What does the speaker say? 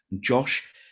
Josh